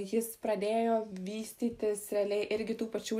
jis pradėjo vystytis realiai irgi tų pačių